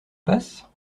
passe